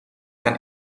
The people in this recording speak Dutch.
aan